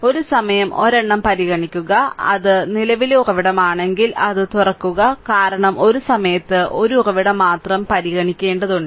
ഒരു സമയം ഒരെണ്ണം പരിഗണിക്കുക അത് നിലവിലെ ഉറവിടമാണെങ്കിൽ അത് തുറക്കുക കാരണം ഒരു സമയത്ത് ഒരു ഉറവിടം മാത്രം പരിഗണിക്കേണ്ടതുണ്ട്